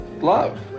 love